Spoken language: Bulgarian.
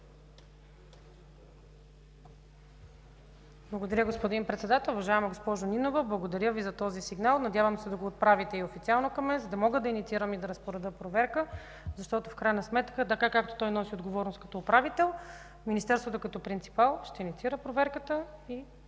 Благодаря, господин Председател. Уважаема госпожо Нинова, благодаря Ви за този сигнал. Надявам се да го отправите и официално към мен, за да мога да инициирам и разпоредя проверка, защото в крайна сметка, така, както той носи отговорност като управител, Министерството като принципал ще инициира проверката.